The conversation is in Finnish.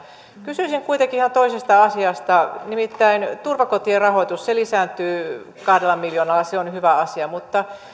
kysyisin kuitenkin ihan toisesta asiasta nimittäin turvakotien rahoituksesta se lisääntyy kahdella miljoonalla se on hyvä asia mutta